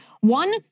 One